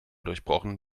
durchbrochen